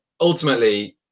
ultimately